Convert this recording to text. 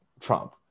Trump